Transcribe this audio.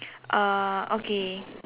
uh okay